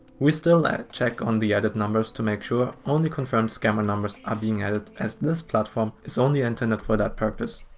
we still check on the added numbers to make sure only confirmed scammer numbers are being added as this platform is only intended for that purpose.